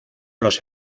los